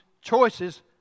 choices